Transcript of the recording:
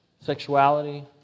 Sexuality